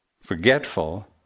forgetful